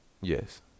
Yes